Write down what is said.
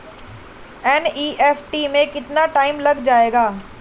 NEFT में कितना time लग जाएगा?